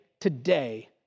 today